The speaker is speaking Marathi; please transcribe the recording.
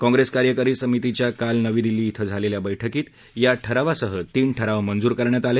काँग्रेस कार्यकारी समितीच्या काल नवी दिल्लीत झालेल्या बैठकीत या ठरावासह तीन ठराव मंजूर करण्यात आले